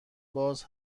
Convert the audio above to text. باز